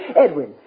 Edwin